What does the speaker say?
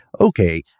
okay